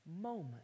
moment